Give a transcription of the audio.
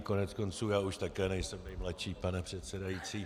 Koneckonců já už také nejsem nejmladší, pane předsedající.